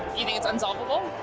you think it's unsolvable?